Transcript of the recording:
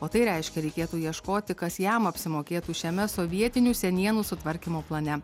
o tai reiškia reikėtų ieškoti kas jam apsimokėtų šiame sovietinių senienų sutvarkymo plane